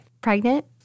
Pregnant